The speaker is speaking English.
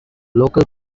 local